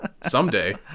someday